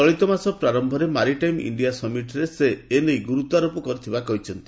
ଚଳିତ ମାସ ପ୍ରାରମ୍ଭରେ ମାରିଟାଇମ୍ ଇଣ୍ଡିଆ ସମିଟ୍ରେ ସେ ଏ ନେଇ ଗୁରୁତ୍ୱାରୋପ କରିଥିବା କହିଛନ୍ତି